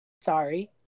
sorry